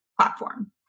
platform